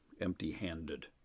empty-handed